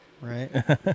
Right